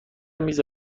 میز